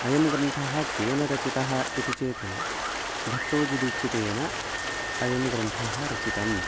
अयं ग्रन्थः केन रचितः इति चेत् भट्टोजीदीक्षितेन अयं ग्रन्थं रचितम्